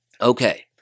Okay